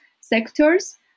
sectors